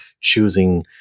choosing